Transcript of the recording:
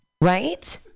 right